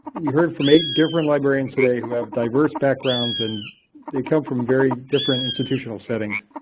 you heard from eight different librarian today who have diverse backgrounds and they come from very different institutional settings.